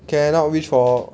cannot wish for